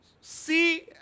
see